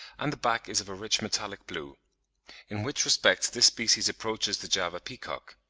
and the back is of a rich metallic blue in which respects this species approaches the java peacock.